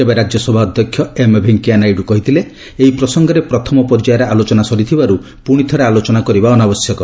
ତେବେ ରାଜ୍ୟସଭା ଅଧ୍ୟକ୍ଷ ଏମ୍ ଭେଙ୍କୟା ନାଇଡୁ କହିଥିଲେ ଯେ ଏହି ପ୍ରସଙ୍ଗରେ ପ୍ରଥମ ପର୍ଯ୍ୟାୟରେ ଆଲୋଚନା ସରିଥିବାରୁ ପୁଣିଥରେ ଆଲୋଚନା କରିବା ଅନାବଶ୍ୟକ